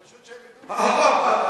פשוט שהם ייתנו, ברור.